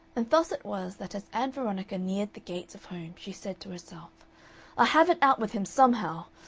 and thus it was that as ann veronica neared the gates of home, she said to herself i'll have it out with him somehow.